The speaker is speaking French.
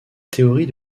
théorie